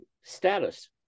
status